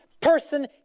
person